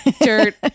dirt